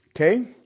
Okay